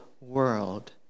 world